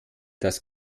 das